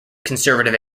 conservative